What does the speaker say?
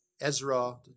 Ezra